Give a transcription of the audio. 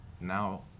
now